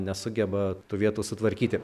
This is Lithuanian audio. nesugeba tų vietų sutvarkyti